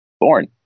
born